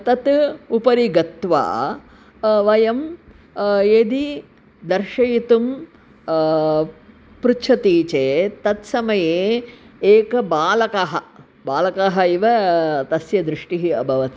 तत् उपरि गत्वा वयं यदि दर्शयितुं पृच्छन्ति चेत् तत्समये एकः बालकः बालकः इव तस्य दृष्टिः अभवत्